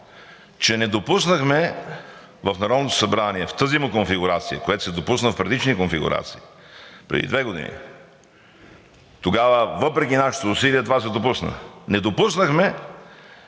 че не допуснахме в Народното събрание, в тази му конфигурация, както се допусна в предишни конфигурации – преди две години, тогава въпреки нашите усилия това се допусна, грубото